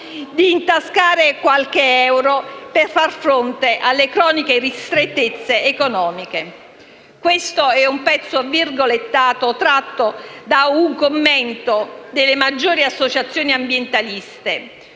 di intascare qualche euro per far fronte alle croniche ristrettezze economiche». Questo è un pezzo tratto da un commento fatto da una delle maggiori associazioni ambientaliste: